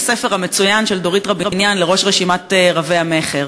הספר המצוין של דורית רביניאן לראש רשימת רבי-המכר.